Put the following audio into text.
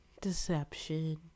deception